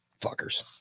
fuckers